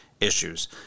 issues